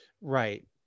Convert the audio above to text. Right